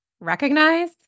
recognize